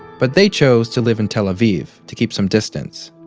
but they chose to live in tel aviv, to keep some distance.